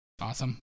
awesome